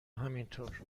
همینطور